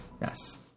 Yes